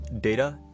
data